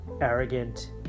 arrogant